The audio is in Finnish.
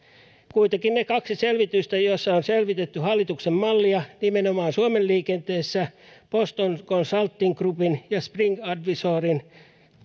kuitenkin ne kaksi selvitystä joissa on selvitetty hallituksen mallia nimenomaan suomen liikenteessä boston consulting groupin ja spring advisorin